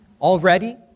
already